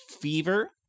fever